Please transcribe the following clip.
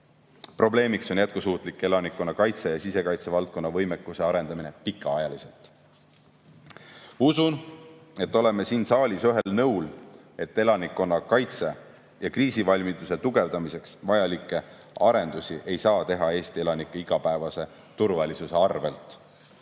Probleemiks on jätkusuutlik elanikkonnakaitse ja sisekaitsevaldkonna võimekuse arendamine pikaajaliselt. Usun, et oleme siin saalis ühel nõul, et elanikkonnakaitse ja kriisivalmiduse tugevdamiseks vajalikke arendusi ei saa teha Eesti elanike igapäevase turvalisuse arvel.